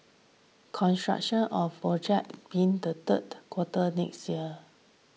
construction of project being the third quarter next year